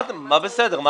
מה בסדר?